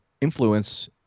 influence